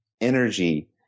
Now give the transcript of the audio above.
energy